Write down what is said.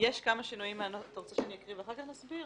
יש כמה שינוים מהנוסח אתה רוצה שאני אקריא ואחר כך נסביר?